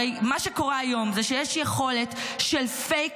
הרי מה שקורה היום זה שיש יכולת של פייק